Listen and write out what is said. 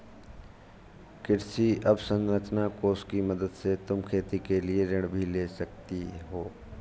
कृषि अवसरंचना कोष की मदद से तुम खेती के लिए ऋण भी ले सकती हो